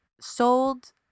sold